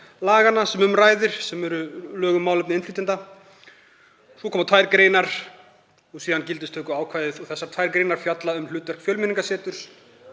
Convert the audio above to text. laganna sem um ræðir, sem eru lög um málefni innflytjenda, svo koma tvær greinar og síðan gildistökuákvæðið. Þessar tvær greinar fjalla um hlutverk Fjölmenningarseturs.